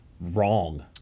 wrong